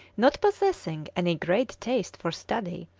not possessing any great taste for study,